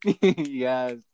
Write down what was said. yes